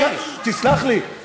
או משקיעים את זה בשידור.